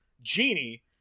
Genie